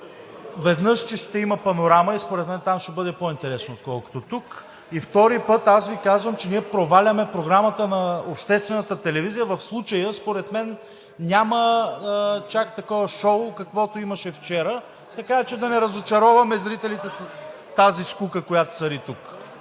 Веднъж, че ще има „Панорама“ и според мен там ще бъде по-интересно, отколкото тук. И втори път Ви казвам, че ние проваляме програмата на обществената телевизия. В случая според мен няма чак такова шоу, каквото имаше вчера, така че да не разочароваме зрителите с тази скука, която цари тук.